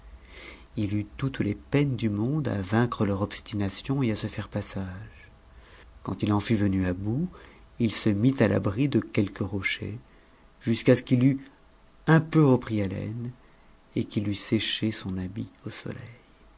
i eut toutes les peines du monde à vaincre leur obstination et à se faire passage quan f il en fut venu à bout il se mit à l'abri de quelques rochers jusqu'à ce mit eût un peu repris haleine et qu'il eût séché son habit au so